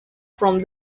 from